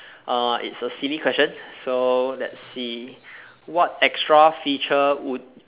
uh it's a silly question so let's see what extra feature would